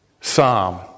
psalm